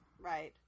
Right